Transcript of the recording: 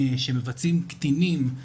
שמבצעים קטינים,